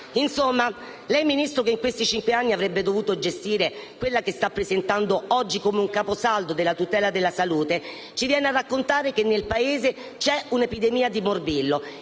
Insomma, lei, Ministro, che in questi cinque anni avrebbe dovuto gestire quella che sta presentando oggi come un caposaldo della tutela della salute, ci viene a raccontare che nel Paese c'è un'epidemia di morbillo